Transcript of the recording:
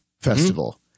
Festival